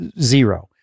zero